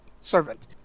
servant